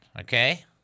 Okay